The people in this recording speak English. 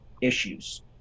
issues